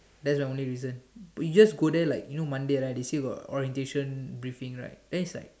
that's the only reason but you just go there like you know Monday right they still got orientation briefing right then it's like